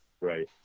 Right